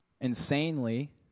insanely